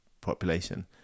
population